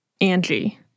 Angie